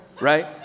right